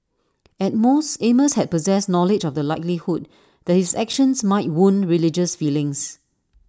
at most amos had possessed knowledge of the likelihood that his actions might wound religious feelings